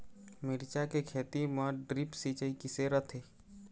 मिरचा के खेती म ड्रिप सिचाई किसे रथे?